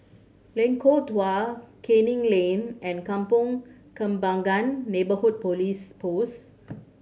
Lengkong Dua Canning Lane and Kampong Kembangan Neighbourhood Police Post